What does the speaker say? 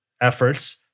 efforts